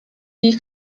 you